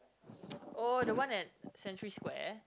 oh the one at Century-Square